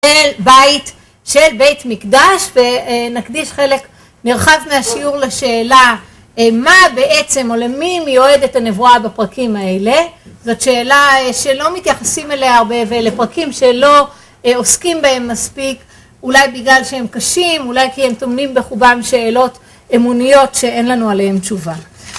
אל בית של בית מקדש, ונקדיש חלק נרחב מהשיעור לשאלה, מה בעצם או למי מיועדת הנבואה בפרקים האלה, זאת שאלה שלא מתייחסים אליה הרבה ואלה פרקים שלא עוסקים בהם מספיק אולי בגלל שהם קשים, אולי כי הם טומנים בחובם שאלות אמוניות שאין לנו עליהן תשובה